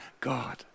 God